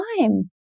time